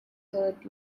third